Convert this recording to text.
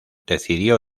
decidió